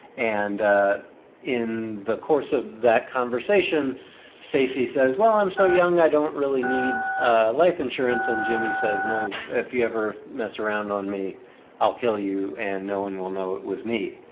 and in the course of that conversation stacey says, well, i'm so young. i don't really need life insurance and jimmy says, no, if you ever mess around on me i'll kill you and no one will know it was me.